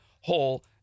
whole